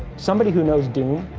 somebody who knows doom,